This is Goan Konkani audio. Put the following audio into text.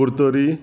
कुर्तोरी